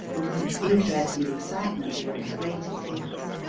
and whose interest and excitement were as great as his.